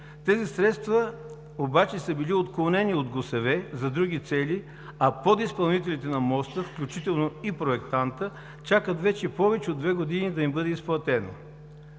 Тези средства обаче са били отклонени от ГУСВ за други цели, а подизпълнителите на моста, включително и проектанта, чакат вече повече от две години да им бъде изплатено.